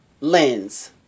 lens